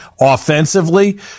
offensively